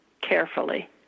carefully